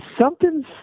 something's